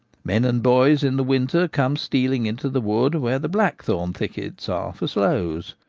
men and boys in the winter come stealing into the wood where the blackthorn thickets are for sloes,